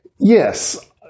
Yes